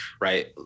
right